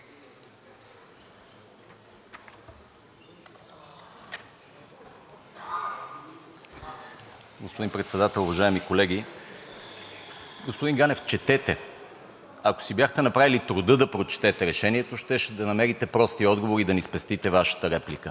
Господин Председател, уважаеми колеги! Господин Ганев, четете! Ако си бяхте направили труда да прочетете Решението, щяхте да намерите простия отговор и да ни спестите Вашата реплика, а именно, че Министерството на отбраната ще изготви преглед и ще каже... Ето го министъра на отбраната, с когото обсъждахме вчера